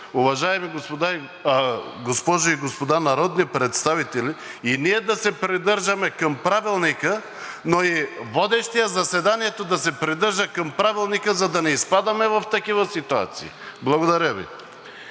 уважаеми госпожи и господа народни представители, и ние да се придържаме към Правилника, но и водещият заседанието да се придържа към Правилника, за да не изпадаме в такива ситуации. Благодаря Ви.